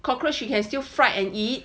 cockroach you can still fry and eat